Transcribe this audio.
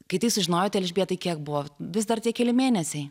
kai tai sužinojote elžbietai kiek buvo vis dar tie keli mėnesiai